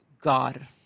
God